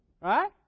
right